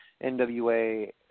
NWA